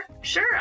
Sure